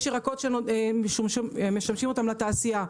יש ירקות שמשמשים אותם לתעשייה,